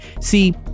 See